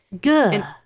Good